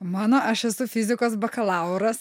mano aš esu fizikos bakalauras